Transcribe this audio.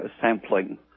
sampling